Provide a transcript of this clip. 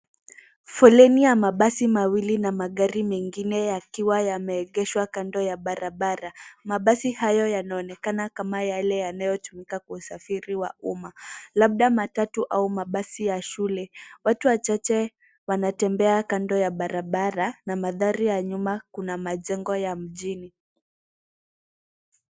Foleni ya mabasi mawili na magari mengine yakiwa yameegeshwa kando ya barabara. Mabasi hayo yanaonekana kama yale yanayotumika kwa usafiri wa umma, labda matatu au mabasi ya shule. Wanatembea kando ya barabara na mandhari ya nyuma kuna majengo ya mjini.